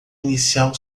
inicial